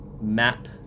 ...map